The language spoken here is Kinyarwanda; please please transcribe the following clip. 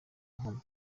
nkomyi